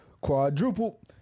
Quadruple